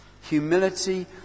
Humility